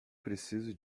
preciso